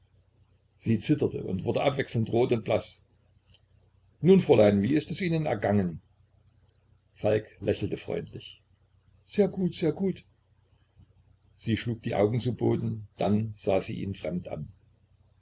sie zitterte und wurde abwechselnd rot und blaß nun fräulein wie ist es ihnen ergangen falk lächelte freundlich sehr gut sehr gut sie schlug die augen zu boden dann sah sie ihn fremd an